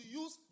use